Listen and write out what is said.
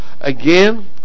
again